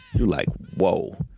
like whoa